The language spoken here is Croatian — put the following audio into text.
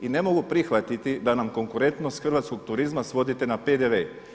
I ne mogu prihvatiti da nam konkurentnost hrvatskog turizma svodite na PDV.